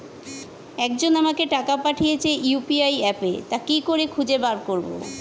একজন আমাকে টাকা পাঠিয়েছে ইউ.পি.আই অ্যাপে তা কি করে খুঁজে বার করব?